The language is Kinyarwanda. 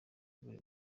buri